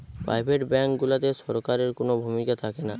private bank গুলাতে সরকারের কুনো ভূমিকা থাকেনা